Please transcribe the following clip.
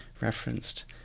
referenced